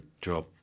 job